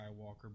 Skywalker